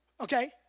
Okay